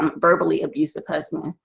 um verbally, abusive husband.